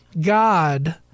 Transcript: God